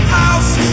house